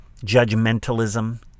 judgmentalism